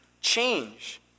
change